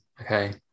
Okay